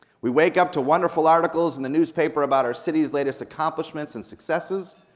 we wake up to wonderful articles in the newspaper about our cities' latest accomplishments and successes,